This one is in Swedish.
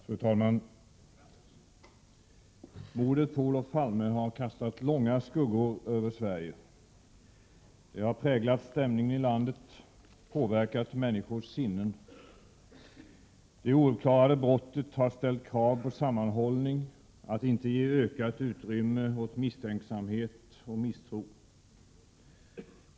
Fru talman! Mordet på Olof Palme har kastat långa skuggor över Sverige. Det har präglat stämningen i landet, påverkat människors sinnen. Det ouppklarade brottet har ställt krav på sammanhållning, att inte ge ökat utrymme åt misstänksamhet och misstro.